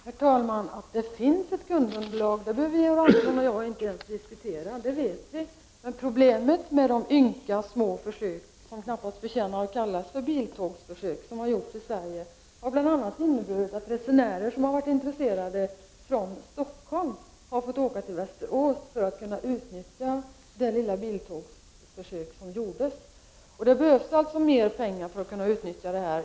Herr talman! Att det finns ett kundunderlag behöver Georg Andersson och jag inte ens diskutera, för vi vet att det finns. Problemet med de ynkliga små försök som knappast förtjänar att kallas för biltågsförsök som har gjorts i Sverige har bl.a. inneburit att resenärer från Stockholm har fått åka till Västerås för att kunna utnyttja det lilla biltåg som funnits. Det behövs alltså mer pengar.